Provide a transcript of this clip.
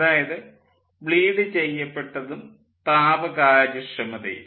അതായത് ബ്ലീഡ് ചെയ്യപ്പെട്ടതും താപ കാര്യക്ഷമതയും